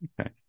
Okay